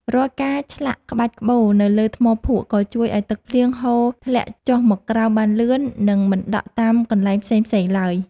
រាល់ការឆ្លាក់ក្បាច់ក្បូរនៅលើថ្មភក់ក៏ជួយឱ្យទឹកភ្លៀងហូរធ្លាក់ចុះមកក្រោមបានលឿន និង មិនដក់តាមកន្លែងផ្សេងៗឡើយ។